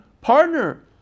partner